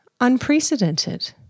unprecedented